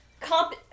comp-